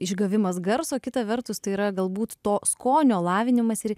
išgavimas garso kita vertus tai yra galbūt to skonio lavinimas ir